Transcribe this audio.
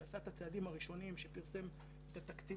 שעשה את הצעדים הראשונים כשפרסם את התקציב